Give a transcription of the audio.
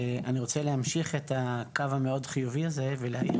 ואני רוצה להמשיך את הקו המאוד חיובי הזה ולהאיר